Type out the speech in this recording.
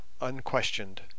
unquestioned